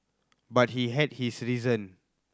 but he had his reason